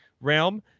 realm